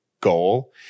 goal